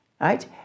right